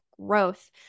growth